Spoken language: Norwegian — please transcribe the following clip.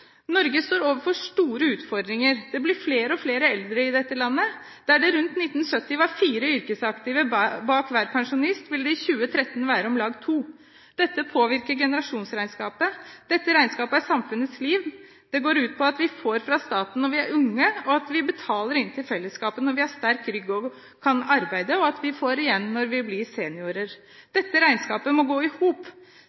Norge står overfor store utfordringer. Det blir flere og flere eldre i dette landet. Der det rundt 1970 var fire yrkesaktive bak hver pensjonist, vil det i 2030 være om lag to. Dette påvirker generasjonsregnskapet. Dette regnskapet er samfunnets lim. Det går ut på at vi får fra staten når vi er unge, at vi betaler inn til fellesskapet når vi har sterk rygg og kan arbeide, og at vi får igjen når vi blir seniorer.